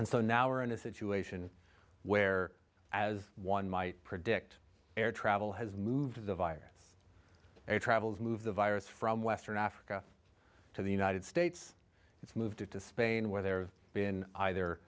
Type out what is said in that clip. and so now we're in a situation where as one might predict air travel has moved the virus it travels move the virus from western africa to the united states it's moved it to spain where there have been either